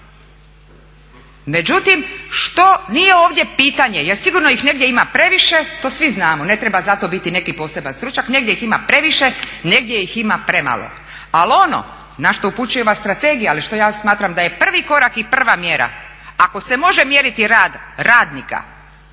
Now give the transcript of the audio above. Međutim, što nije ovdje pitanje, jer sigurno ih negdje ima previše to svi znamo, ne treba zato biti neki poseban stručnjak, negdje ih ima previše, negdje ih ima premalo, ali ono na što upućuje ova strategija, ali što ja smatram da je prvi korak i prva mjera, ako se može mjeriti rad radnika